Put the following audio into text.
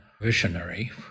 visionary